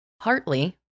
Hartley